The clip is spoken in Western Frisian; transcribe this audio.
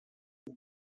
dan